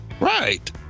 Right